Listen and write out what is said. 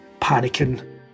panicking